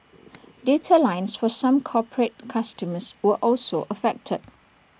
data lines for some corporate customers were also affected